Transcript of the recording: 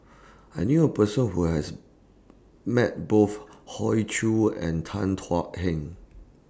I knew A Person Who has Met Both Hoey Choo and Tan Thuan Heng